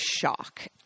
shock